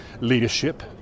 leadership